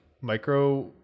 micro